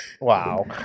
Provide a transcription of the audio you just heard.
wow